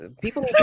people